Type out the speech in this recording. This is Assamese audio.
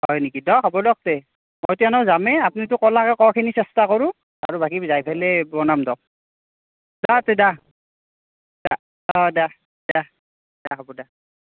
হয় নেকি দক হ'ব দক তে মইতো এনেও যামেই আপনিতাে কলাকে ক'খিনি চেষ্টা কৰোঁ আৰু বাকী যায় ফেলে বনাম দক যা তে দা দা অঁ দা দা দা হ'ব দা